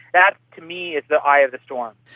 that to me is the eye of the storm.